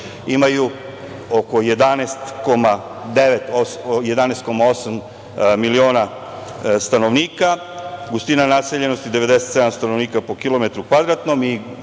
imaju oko 11,8 miliona stanovnika, gustina naseljenosti je 97 stanovnika po kilometru kvadratnom i